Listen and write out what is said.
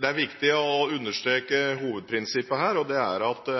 Det er viktig å understreke hovedprinsippet her, og det er at